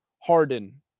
Harden